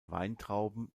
weintrauben